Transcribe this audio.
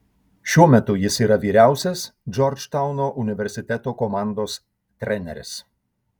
šiuo metu jis yra vyriausias džordžtauno universiteto komandos treneris